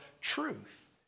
truth